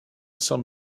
some